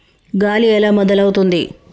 గాలి ఎలా మొదలవుతుంది?